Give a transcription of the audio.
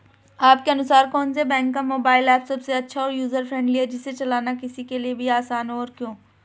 आपके अनुसार कौन से बैंक का मोबाइल ऐप सबसे अच्छा और यूजर फ्रेंडली है जिसे चलाना किसी के लिए भी आसान हो और क्यों?